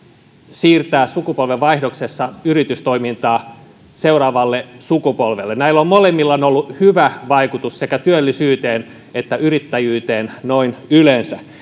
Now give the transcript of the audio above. siirtää sukupolvenvaihdoksessa yritystoimintaa seuraavalle sukupolvelle näillä molemmilla on ollut hyvä vaikutus sekä työllisyyteen että yrittäjyyteen noin yleensä